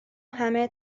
همه